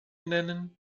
nennen